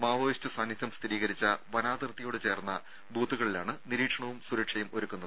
Maoist സാന്നിധ്യം സ്ഥിരീകരിച്ച വനാതിർത്തിയോട് ചേർന്ന ബൂത്തുകളിലാണ് നിരീക്ഷണവും സുരക്ഷയും ഒരുക്കുന്നത്